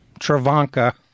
Travanka